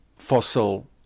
fossil